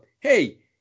hey